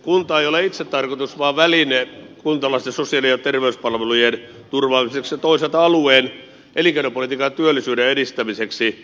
kunta ei ole itsetarkoitus vaan väline kuntalaisten sosiaali ja terveyspalvelujen turvaamiseksi ja toisaalta alueen elinkeinopolitiikan ja työllisyyden edistämiseksi